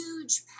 huge